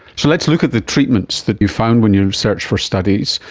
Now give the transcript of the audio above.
so let's look at the treatments that you found when you searched for studies,